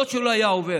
לא שהוא לא היה עובר,